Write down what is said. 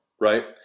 right